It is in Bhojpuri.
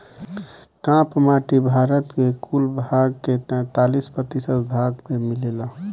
काप माटी भारत के कुल भाग के तैंतालीस प्रतिशत भाग पे मिलेला